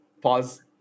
Pause